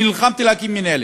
אני נלחמתי שתוקם מינהלת.